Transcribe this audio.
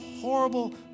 horrible